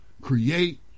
create